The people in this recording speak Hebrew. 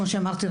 כמו שאמרתי,